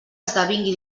esdevingui